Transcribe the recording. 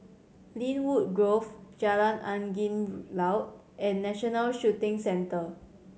Lynwood Grove Jalan Angin Laut and National Shooting Centre